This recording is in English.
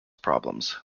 problems